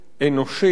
אנושית,